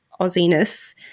aussiness